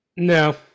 No